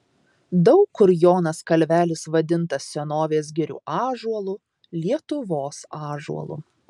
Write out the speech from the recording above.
daug kur jonas kalvelis vadintas senovės girių ąžuolu lietuvos ąžuolu